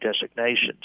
designations